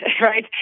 Right